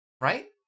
Right